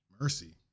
Mercy